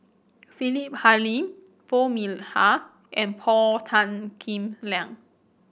Philip Hoalim Foo Mee Har and Paul Tan Kim Liang